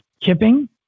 kipping